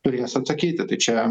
turės atsakyti tai čia